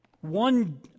One